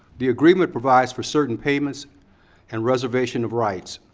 the agreement provides for certain payments and reservation of rights.